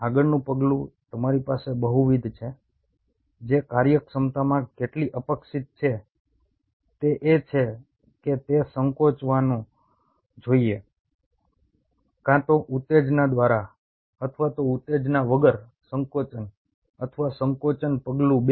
આગળનું પગલું તમારી પાસે બહુવિધ છે જે કાર્યક્ષમતામાં કેટલી અપેક્ષિત છે તે એ છે કે તે સંકોચાવું જોઈએ કા તો ઉત્તેજના દ્વારા અથવા તો ઉત્તેજના વગર સંકોચન અથવા સંકોચન પગલું 2